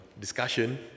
discussion